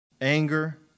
Anger